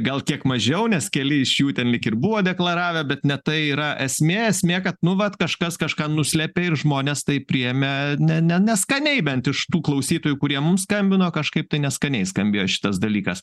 gal kiek mažiau nes keli iš jų ten lyg ir buvo deklaravę bet ne tai yra esmė esmė kad nu vat kažkas kažką nuslėpė ir žmonės tai priėmė ne ne neskaniai bent iš tų klausytojų kurie mums skambino kažkaip tai neskaniai skambėjo šitas dalykas